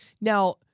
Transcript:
Now